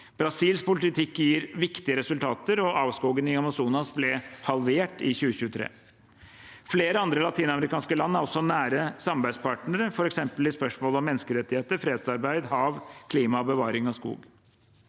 Brasils politikk gir viktige resultater, og avskogingen i Amazonas ble halvert i 2023. Flere andre latinamerikanske land er også nære samarbeidspartnere, f.eks. i spørsmål om menneskerettigheter, fredsarbeid, hav, klima og bevaring av skog.